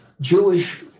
Jewish